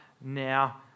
now